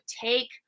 take